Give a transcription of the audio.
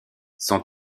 son